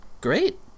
Great